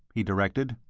he directed.